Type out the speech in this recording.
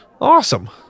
Awesome